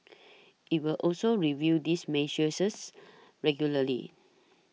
it will also review these measures regularly